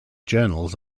journals